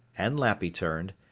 and lappy turned,